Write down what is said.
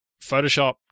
Photoshop